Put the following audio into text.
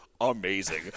amazing